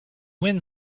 wind